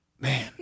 Man